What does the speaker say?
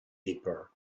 deeper